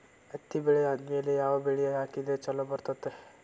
ಹತ್ತಿ ಬೆಳೆ ಆದ್ಮೇಲ ಯಾವ ಬೆಳಿ ಹಾಕಿದ್ರ ಛಲೋ ಬರುತ್ತದೆ?